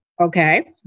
okay